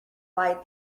light